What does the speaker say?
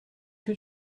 que